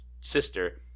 sister